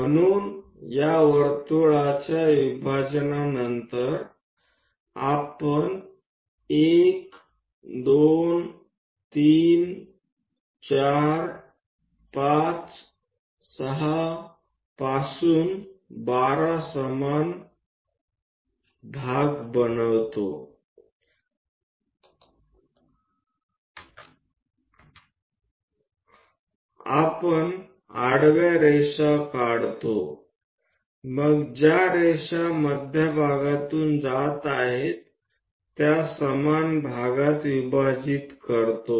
म्हणून या वर्तुळाच्या विभाजनानंतर आपण 1 2 3 4 5 6 पासून 12 समान भाग बनवितो आपण आडव्या रेषा काढतो मग ज्या रेषा मध्यभागी जात आहे त्या समान भागात विभाजित करतो